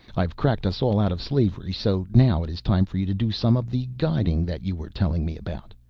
i've cracked us all out of slavery so now it is time for you to do some of the guiding that you were telling me about.